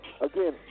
again